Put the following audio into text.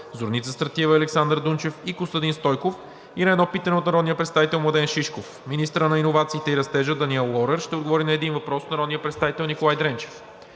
Зорница Стратиева и Александър Дунчев; и Костадин Стойков; и на едно питане от народния представител Младен Шишков. 11. Министърът на иновациите и растежа Даниел Лорер ще отговори на един въпрос от народния представител Николай Дренчев.